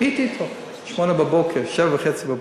הייתי אתו, ב-08:00, ב-07:30.